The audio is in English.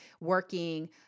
working